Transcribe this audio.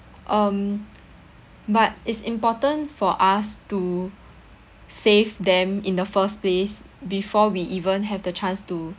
um but it's important for us to save them in the first place before we even have the chance to